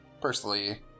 personally